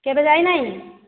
କେବେ ଯାଇନାହିଁ